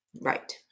right